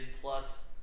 plus